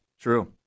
True